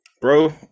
bro